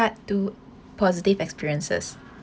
part two positive experiences